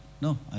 no